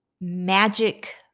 magic